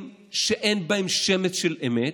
כי הוא מכסה דברים שאין בהם שמץ של אמת,